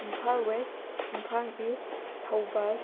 Imphal west Imphal east Thoubal